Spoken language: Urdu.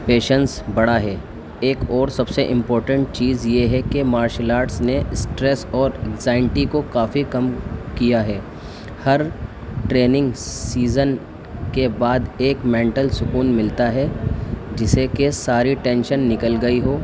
پیشنس بڑھا ہے ایک اور سب سے امپورٹنٹ چیز یہ ہے کہ مارشل آرٹس نے اسٹریس اور انگزائنٹی کو کافی کم کیا ہے ہر ٹریننگ سیزن کے بعد ایک مینٹل سکون ملتا ہے جسے کہ ساری ٹینشن نکل گئی ہو